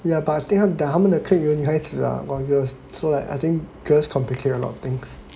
yeah but I think 他们他们的 clique 有女孩子啦 ah girls so like girls complicate a lot of things